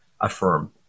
affirm